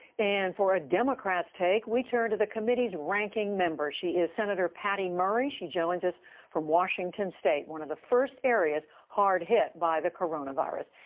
and for a democrat's take, we turn to the committee's ranking member. she is senator patty murray. she joins us from washington state, one of the first areas hard-hit by the coronavirus.